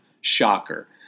Shocker